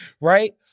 right